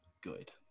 Good